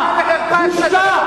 וחרפה.